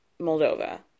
Moldova